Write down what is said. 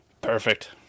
Perfect